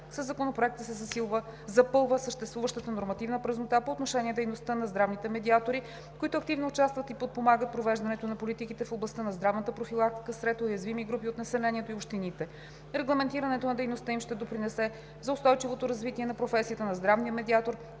Със Законопроекта се запълва съществуващата нормативна празнота по отношение дейността на здравните медиатори, които активно участват и подпомагат провеждането на политиките в областта на здравната профилактика сред уязвими групи от населението в общините. Регламентирането на дейността им ще допринесе за устойчивото развитие на професията на здравния медиатор